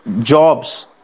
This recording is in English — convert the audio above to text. jobs